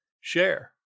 share